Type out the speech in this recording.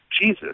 Jesus